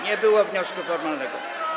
Nie było wniosku formalnego.